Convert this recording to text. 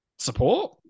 Support